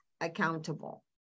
accountable